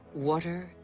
water,